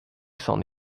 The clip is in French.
s’en